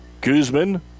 Guzman